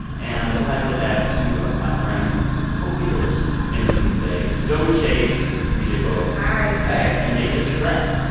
and i'm so happy to have two of my friends and hopefully yours in the booth today zoe chace, pj vogt hi hey you made the trek.